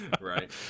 right